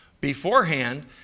beforehand